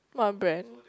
what brand